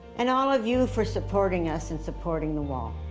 and all of you for supporting us, and supporting the wall.